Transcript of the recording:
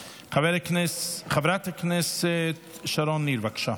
חברת הכנסת שרון ניר, בבקשה.